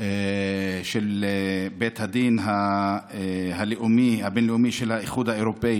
של בית הדין הבין-לאומי של האיחוד האירופי